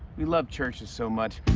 we love chvrches so much!